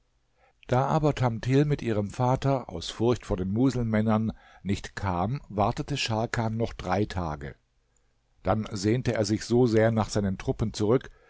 da aber tamthil mit ihrem vater aus furcht vor den muselmännern nicht kam wartete scharkan noch drei tage dann sehnte er sich so sehr nach seinen truppen zurück